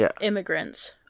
immigrants